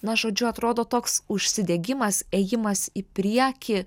na žodžiu atrodo toks užsidegimas ėjimas į priekį